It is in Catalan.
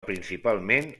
principalment